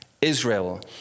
Israel